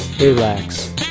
relax